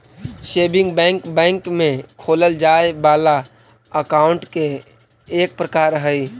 saving bank bank में खोलल जाए वाला अकाउंट के एक प्रकार हइ